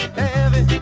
heavy